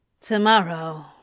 Tomorrow